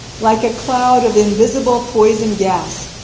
like a cloud of invisible poison gas,